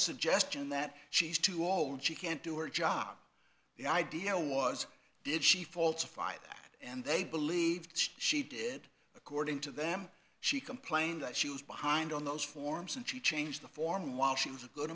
suggestion that she's too old she can't do or job the idea was did she fall to five and they believe she did according to them she complained that she was behind on those forms and she changed the form while she was a good